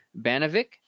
Banovic